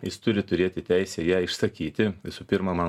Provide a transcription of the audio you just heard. jis turi turėti teisę ją išsakyti visų pirma man